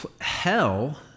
hell